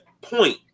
point